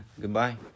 goodbye